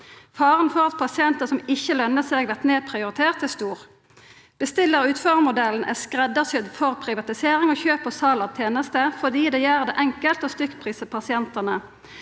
Faren for at pasientar som ikkje lønner seg, vert nedprioriterte, er stor. Bestillar–utførar-modellen er skreddarsydd for privatisering og kjøp og sal av tenester, fordi det gjer det enkelt å stykkprisa pasientane.